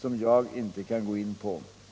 som jag inte kan gå in på.